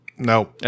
No